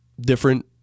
different